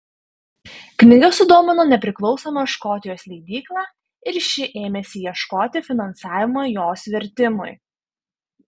knyga sudomino nepriklausomą škotijos leidyklą ir ši ėmėsi ieškoti finansavimo jos vertimui